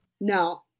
No